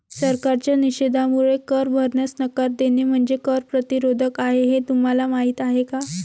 सरकारच्या निषेधामुळे कर भरण्यास नकार देणे म्हणजे कर प्रतिरोध आहे हे तुम्हाला माहीत आहे का